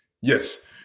Yes